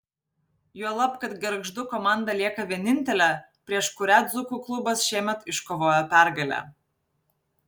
juolab kad gargždų komanda lieka vienintelė prieš kurią dzūkų klubas šiemet iškovojo pergalę